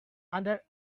under